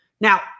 Now